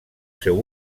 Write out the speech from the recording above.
seu